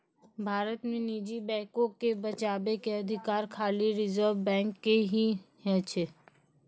भारत मे निजी बैको के बचाबै के अधिकार खाली रिजर्व बैंक के ही छै